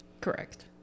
Correct